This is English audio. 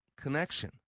connection